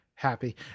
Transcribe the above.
happy